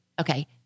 Okay